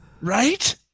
Right